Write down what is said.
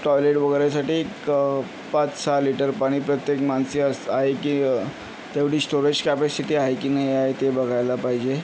toilet वगैरेसाठी एक पाच सहा लिटर पाणी प्रत्येक माणशी असं आहे की तेवढी स्टोरेज कॅपेसिटी आहे की नाही आहे ते बघायला पाहिजे